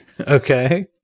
Okay